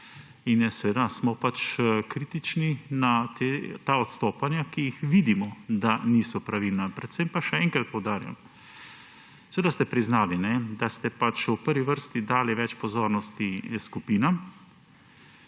in smo kritični na ta odstopanja, ki jih vidimo, da niso pravilna. Predvsem pa še enkrat poudarjam, seveda ste priznali, da ste v prvi vrsti dali več pozornosti skupinam,